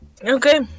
Okay